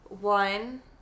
one